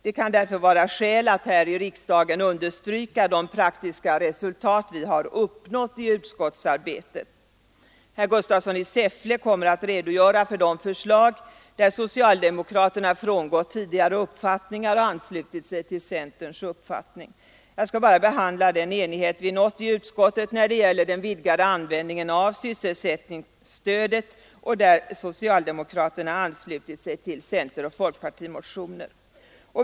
Det kan därför vara skäl att här i riksdagen understryka de praktiska resultat vi uppnått i utskottsarbetet. Herr Gustafsson i Säffle kommer att redogöra för de förslag där socialdemo kraterna frångått tidigare uppfattningar och anslutit sig till centerns uppfattning. Jag skall bara behandla den enighet vi nått i utskottet när det gäller den vidgade användningen av sysselsättningsstödet där socialdemokraterna anslutit sig till centeroch folkpartimotioner.